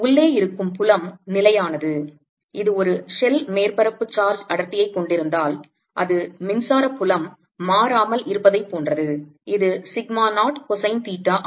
உள்ளே இருக்கும் புலம் நிலையானது இது ஒரு ஷெல் மேற்பரப்பு சார்ஜ் அடர்த்தியைக் கொண்டிருந்தால் அது மின்சார புலம் மாறாமல் இருப்பதைப் போன்றது இது சிக்மா 0 கொசைன் தீட்டா ஆகும்